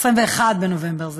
21 בנובמבר.